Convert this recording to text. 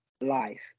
life